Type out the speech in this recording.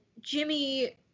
Jimmy